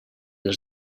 els